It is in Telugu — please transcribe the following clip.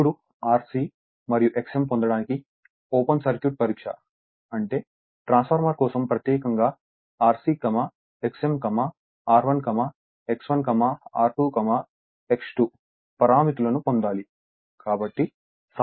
ఇప్పుడు Rc మరియు Xm పొందడానికి ఓపెన్ సర్క్యూట్ పరీక్ష అంటే ట్రాన్స్ఫార్మర్ కోసం ప్రత్యేకంగా Rc Xm R1 X1 R2 X2 పారామితులని పొందాలి